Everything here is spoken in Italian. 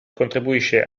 contribuisce